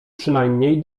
przynajmniej